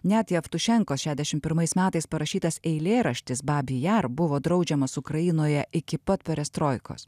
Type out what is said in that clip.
net jevtušenkos šešiasdešimt pirmais metais parašytas eilėraštis babi jar buvo draudžiamas ukrainoje iki pat perestroikos